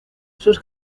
sus